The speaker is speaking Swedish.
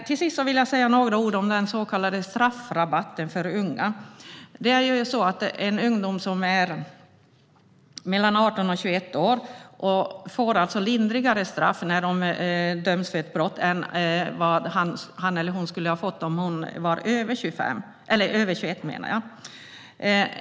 Till sist vill jag säga några ord om den så kallade straffrabatten för unga. En ungdom som är mellan 18 och 21 år och döms för ett brott får lindrigare straff än vad han eller hon skulle ha fått om han eller hon varit över 21.